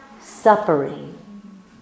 suffering